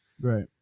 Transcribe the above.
right